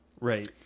Right